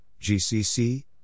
gcc